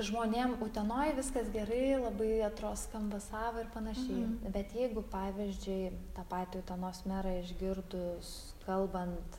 žmonėm utenoj viskas gerai labai atro skamba sava ir panašiai bet jeigu pavyzdžiui tą patį utenos merą išgirdus kalbant